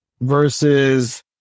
versus